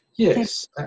Yes